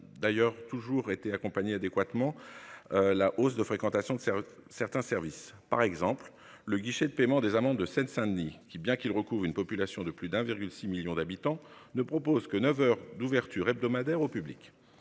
d'ailleurs toujours été accompagner adéquatement. La hausse de fréquentation de certains services par exemple le guichet de paiement des amendes de Seine-Saint-Denis qui bien qu'il recouvre une population de plus d'1,6 millions d'habitants ne propose que 9h d'ouverture hebdomadaire au public.